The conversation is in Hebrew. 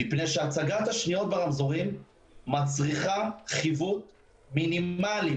מפני שהצגת השניות ברמזורים מצריכה חיווט מינימלי,